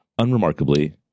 unremarkably